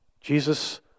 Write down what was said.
Jesus